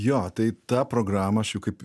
jo tai tą programą aš jau kaip